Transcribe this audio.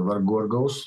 vargu ar gaus